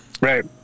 Right